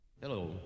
Hello